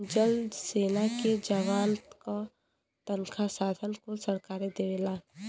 जल सेना के जवान क तनखा साधन कुल सरकारे देवला